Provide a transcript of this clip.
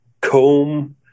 comb